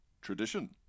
Tradition